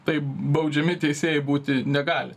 tai baudžiami teisėjai būti negali